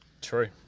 True